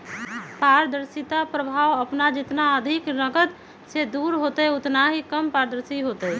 पारदर्शिता प्रभाव अपन जितना अधिक नकद से दूर होतय उतना ही कम पारदर्शी होतय